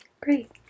Great